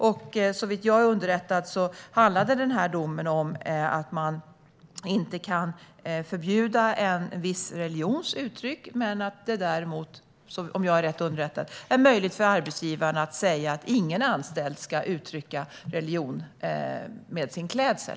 Om jag är rätt underrättad handlade den här domen om att man inte kan förbjuda en viss religions uttryck, men att det däremot är möjligt för arbetsgivaren att säga att ingen anställd ska uttrycka religion med sin klädsel.